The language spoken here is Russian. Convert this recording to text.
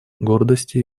гордости